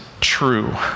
true